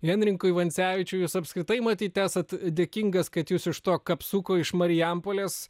henrikui vancevičiui jūs apskritai matyt esat dėkingas kad jus iš to kapsuko iš marijampolės